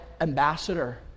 ambassador